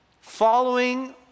following